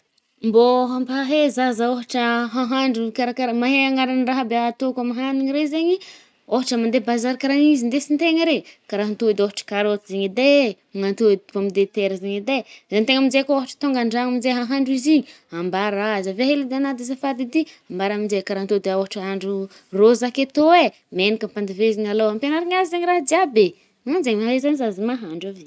Mbô hampahe zaza, ôhatra hahandro karakara mahay anaran’ny raha aby atôko amy hanigny re zaigny i, ôhatra mande bazary karaha izy ndesintegna re, karaha antôdy ôhatra karôty zaigny eh, antôdy pomme de terre zaigny edy e. antegna amzay kô ôhatra tonga andragno amzay ahandro izy igny, ambara azy, avia hely edy anà azafady ety, ambara aminje karaha antôdy ôhatra ahandro oh rô za ake tô e, menaka ampandivezigna alôha. Ampianarigna azy zaigny raha jiaby e. mananje ny ahaizan’ny zaza mahandro ave.